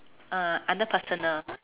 uh under personal